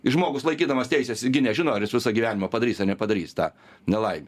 žmogus laikydamas teises gi nežino ar jis visą gyvenimą padarys a nepadarys tą nelaimę